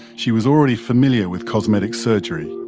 she was already familiar with cosmetic surgery.